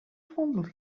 fondled